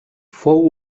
fou